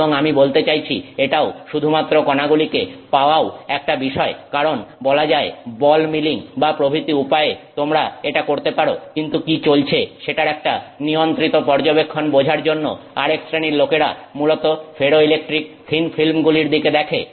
এবং আমি বলতে চাইছি এটাও শুধুমাত্র কনাগুলিকে পাওয়াও একটা বিষয় কারণ বলা যায় বল মিলিং বা প্রভৃতি উপায়ে তোমরা এটা করতে পারো কিন্তু কি চলছে সেটার একটা নিয়ন্ত্রিত পর্যবেক্ষণ বোঝার জন্য আরেক শ্রেণীর লোকেরা মূলত ফেরোইলেকট্রিক থিন ফিল্ম গুলির দিকে দেখে